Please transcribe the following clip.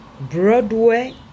Broadway